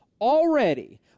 already